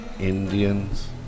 Indians